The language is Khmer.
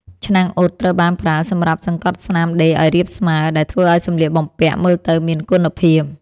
ឆ្នាំងអ៊ុតត្រូវបានប្រើសម្រាប់សង្កត់ស្នាមដេរឱ្យរាបស្មើ ដែលធ្វើឱ្យសម្លៀកបំពាក់មើលទៅមានគុណភាព ។